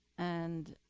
and